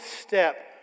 step